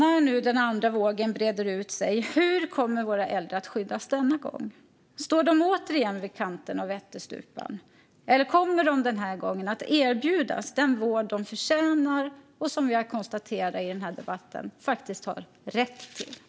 Hur kommer våra äldre att skyddas denna gång när nu den andra vågen breder ut sig? Står de återigen vid kanten av ättestupan eller kommer de den här gången att erbjudas den vård som de förtjänar och, vilket vi har konstaterat här i debatten, har rätt till?